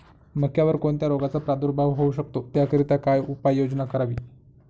मक्यावर कोणत्या रोगाचा प्रादुर्भाव होऊ शकतो? त्याकरिता काय उपाययोजना करावी?